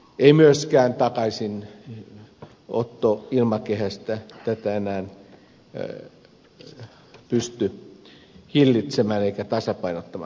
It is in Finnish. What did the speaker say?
ei myöskään takaisinotto ilmakehästä tätä enää pysty hillitsemään eikä tasapainottamaan